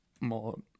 more